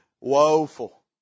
Woeful